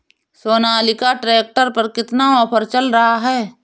Sonalika tractor पर कितना offer चल रहा है?